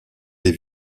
les